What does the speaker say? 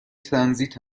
ترانزیت